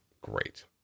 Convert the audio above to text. Great